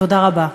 תודה רבה.